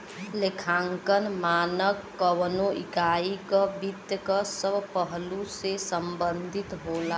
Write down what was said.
लेखांकन मानक कउनो इकाई क वित्त क सब पहलु से संबंधित होला